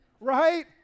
Right